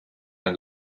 ein